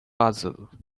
puzzled